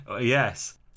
Yes